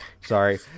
Sorry